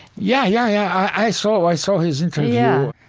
yeah yeah, yeah. i saw i saw his interview. yeah